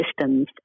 systems